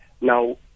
Now